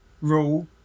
rule